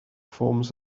forms